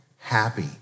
happy